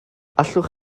allwch